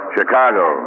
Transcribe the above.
Chicago